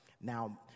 Now